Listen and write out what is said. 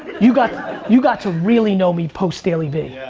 you got you got to really know me post daily v. yeah.